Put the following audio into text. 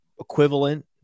equivalent